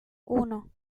uno